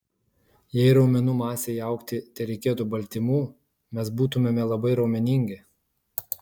jei raumenų masei augti tereikėtų baltymų mes būtumėme labai raumeningi